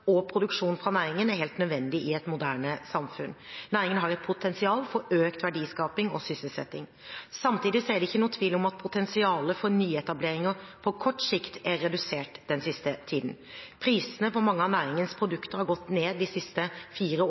og produksjon fra næringen er helt nødvendig i et moderne samfunn. Næringen har et potensial for økt verdiskaping og sysselsetting. Samtidig er det ikke noen tvil om at potensialet for nyetableringer på kort sikt er redusert den siste tiden. Prisene på mange av næringens produkter har gått ned de siste fire